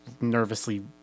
nervously